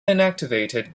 inactivated